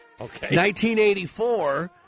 1984